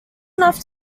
enough